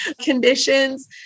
conditions